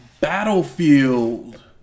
Battlefield